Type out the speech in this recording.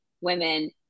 women